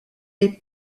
les